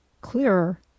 clearer